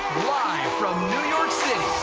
live from new york city,